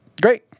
great